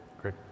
Great